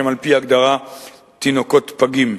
והם על-פי ההגדרה תינוקות פגים.